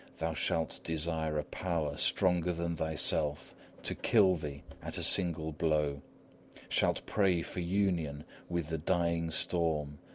thou shalt desire a power stronger than thyself to kill thee at a single blow shalt pray for union with the dying storm,